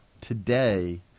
Today